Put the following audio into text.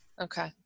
Okay